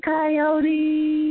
Coyote